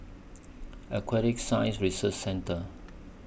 Aquatic Science Research Centre